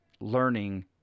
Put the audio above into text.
learning